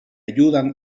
ayudan